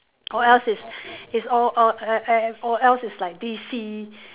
or else is is all all err err or else is like D_C